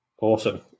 Awesome